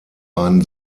einen